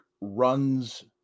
runs